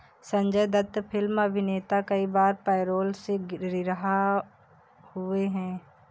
Sanjay Dutt film अभिनेता कई बार पैरोल से रिहा हुए हैं